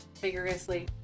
Vigorously